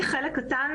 העצורים?